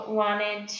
wanted